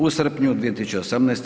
U srpnju 2018.